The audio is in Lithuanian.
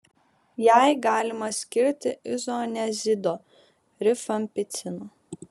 jai galima skirti izoniazido rifampicino